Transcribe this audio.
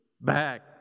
back